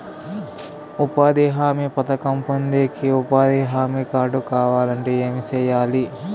ఉపాధి హామీ పథకం పొందేకి ఉపాధి హామీ కార్డు కావాలంటే ఏమి సెయ్యాలి?